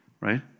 right